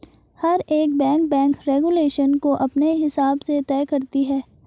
हर एक bank bank regulation को अपने हिसाब से तय करती है